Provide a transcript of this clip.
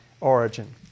origin